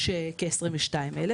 יש כ-22,000.